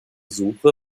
suche